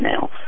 now